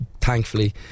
Thankfully